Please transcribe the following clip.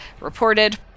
reported